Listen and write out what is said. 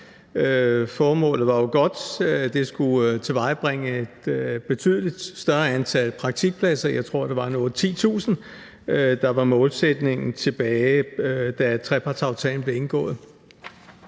Formålet var jo godt: at det skulle tilvejebringe en betydelig større antal praktikpladser – jeg tror, det var 8.000-10.000, der var målet, da trepartsaftalen blev indgået.